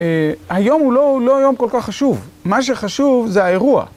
היום הוא לא לא יום כל כך חשוב, מה שחשוב זה האירוע.